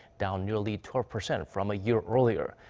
down nearly twelve percent from a year earlier.